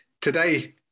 Today